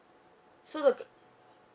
so the go